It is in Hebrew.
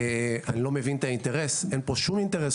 אני לא מבין את האינטרס אין פה שום אינטרס,